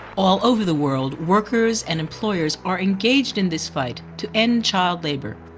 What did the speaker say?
all over the world, workers and employers are engaged in this fight to end child labour.